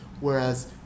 whereas